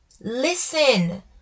Listen